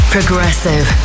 Progressive